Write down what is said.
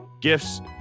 gifts